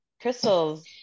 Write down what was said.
Crystal's